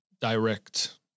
direct